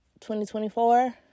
2024